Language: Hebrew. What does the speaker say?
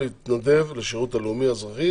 להתנדב לשירות הלאומי אזרחי,